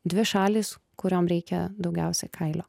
dvi šalys kuriom reikia daugiausiai kailio